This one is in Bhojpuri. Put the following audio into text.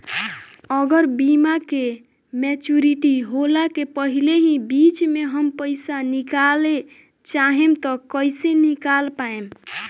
अगर बीमा के मेचूरिटि होला के पहिले ही बीच मे हम पईसा निकाले चाहेम त कइसे निकाल पायेम?